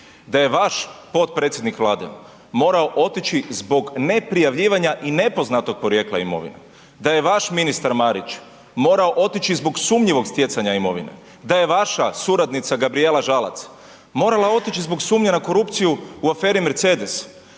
Da je vaš potpredsjednik Vlade morao otići zbog neprijavljivanja i nepoznatog porijekla imovine. Da je vaš ministar Marić morao otići zbog sumnjivog stjecanja imovine. Da je vaša suradnica Gabrijela Žalac morala otići zbog sumnje na korupciju u aferi Mercedes.